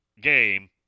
game